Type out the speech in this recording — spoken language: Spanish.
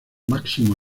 máximo